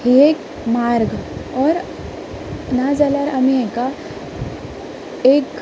ही एक मार्ग ना जाल्यार आमी हाका एक